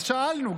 אז שאלנו,